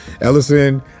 Ellison